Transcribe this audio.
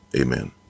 Amen